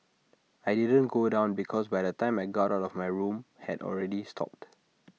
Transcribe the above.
I didn't go down because by the time I got out of my room had already stopped